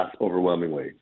overwhelmingly